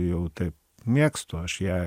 jau taip mėgstu aš ją